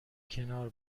کنار